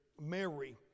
Mary